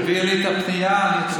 כי הם לא, תעביר לי את הפנייה, אני אטפל.